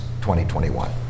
2021